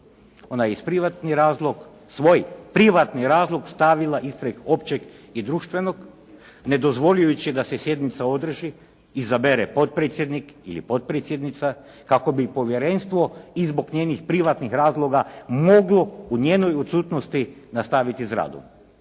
razlog, svoj privatni razlog stavila ispred općeg i društvenog ne dozvoljujući da se sjednica održi, izabere potpredsjednik ili potpredsjednica kako bi povjerenstvo i zbog njenih privatnih razloga moglo u njenoj odsutnosti nastaviti s radom.